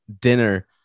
dinner